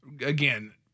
again